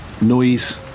noise